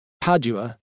Padua